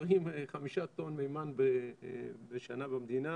מיוצרים חמישה טון מימן בשנה במדינה,